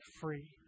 free